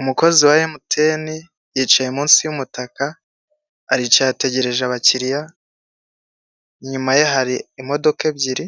Umukozi wa emutiyene, yicaye munsi y'umutaka, aricaye ategereje abakiriya, inyuma ye hari imodoka ebyiri,